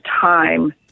time